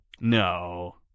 no